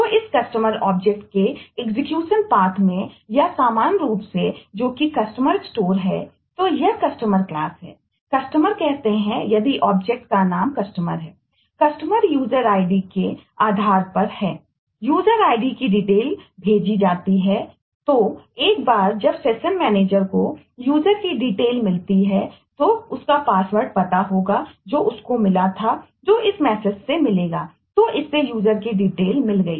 तो इस customer object के एग्जीक्यूशन पाथ मिल गई